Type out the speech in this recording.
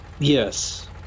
Yes